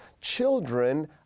children